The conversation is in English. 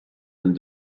and